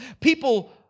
People